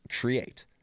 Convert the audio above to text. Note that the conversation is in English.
create